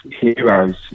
heroes